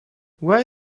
why